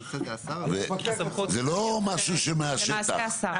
זה לא משהו מהשטח.